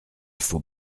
faut